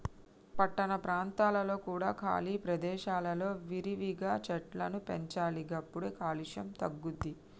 పట్టణ ప్రాంతాలలో కూడా ఖాళీ ప్రదేశాలలో విరివిగా చెట్లను పెంచాలి గప్పుడే కాలుష్యం తగ్గుద్ది